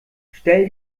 stell